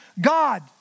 God